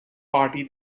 party